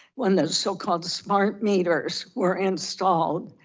when the so called smart meters were installed.